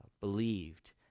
believed